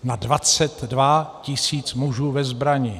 Na 22 tisíc mužů ve zbrani!